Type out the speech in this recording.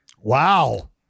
Wow